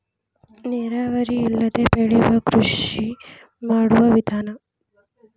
ನೇರಾವರಿ ಇಲ್ಲದೆ ಬೆಳಿಯು ಕೃಷಿ ಮಾಡು ವಿಧಾನಾ